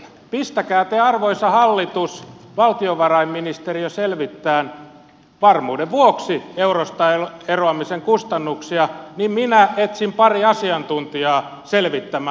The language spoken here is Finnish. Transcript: pistäkää te arvoisa hallitus valtiovarainministeriö selvittämään varmuuden vuoksi eurosta eroamisen kustannuksia niin minä etsin pari asiantuntijaa selvittämään